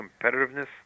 competitiveness